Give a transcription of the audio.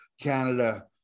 canada